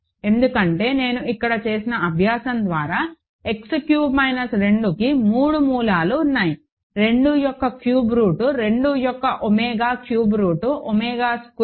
ఎందుకంటే నేను ఇక్కడ చేసిన అభ్యాసం ద్వారా X క్యూబ్ మైనస్ 2కి 3 మూలాలు ఉన్నాయి2 యొక్క క్యూబ్ రూట్ 2 యొక్క omega cube root omega squared